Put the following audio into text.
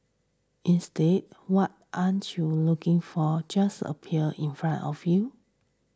instead what aren't you looking for just appear in front of you